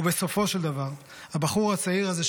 ובסופו של דבר הבחור הצעיר הזה,